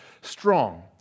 strong